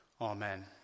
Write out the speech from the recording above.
Amen